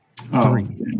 three